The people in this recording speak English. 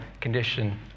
condition